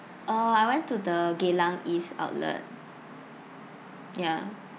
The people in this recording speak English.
uh I went to the geylang east outlet ya